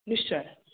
ନିଶ୍ଚୟ